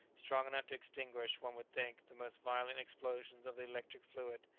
strong enough to extinguish, one would think, the most violent explosions of the electric fluid.